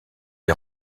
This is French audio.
est